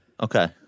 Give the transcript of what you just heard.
Okay